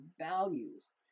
values